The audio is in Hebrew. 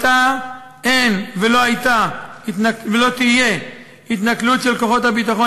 אין ולא הייתה ולא תהיה התנכלות של כוחות הביטחון